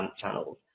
channels